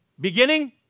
beginning